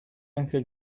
angel